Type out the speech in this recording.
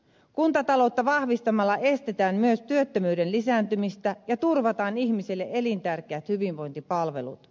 kuntataloutta vahvistamalla estetään myös työttömyyden lisääntymistä ja turvataan ihmisille elintärkeät hyvinvointipalvelut